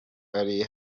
ari